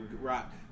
rock